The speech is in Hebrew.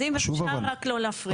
אז אם אפשר רק לא להפריע לי.